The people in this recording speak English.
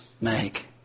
make